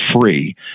free